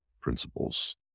principles